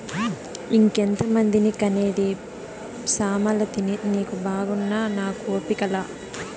ఇంకెంతమందిని కనేది సామలతిని నీకు బాగున్నా నాకు ఓపిక లా